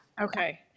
Okay